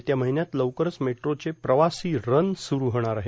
येत्या र्माहन्यात लवकरच मेट्रांचे प्रवासी रन सुरु होणार आहे